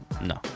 No